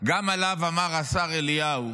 גם עליו אמר השר אליהו